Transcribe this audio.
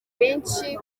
benshi